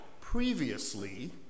previously